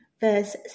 Verse